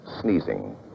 sneezing